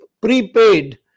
prepaid